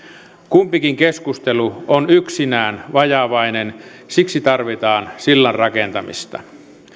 kumpikin keskustelu on yksinään vajavainen siksi tarvitaan sillanrakentamista